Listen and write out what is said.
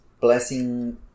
Blessing